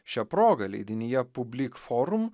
šia proga leidinyje publik forum